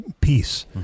peace